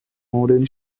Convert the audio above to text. modern